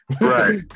Right